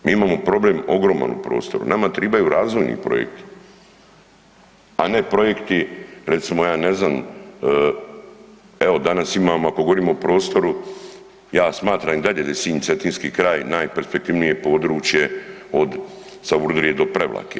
Mi imamo problem, ogroman prostoru, nama tribaju razvojni projekti, a ne projekti, recimo, ja ne znam, evo, danas imamo, ako govorimo o prostoru, ja smatram i dalje, da je Sinj, cetinski kraj, najperspektivnije područje od ... do Prevlake.